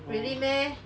really meh